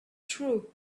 through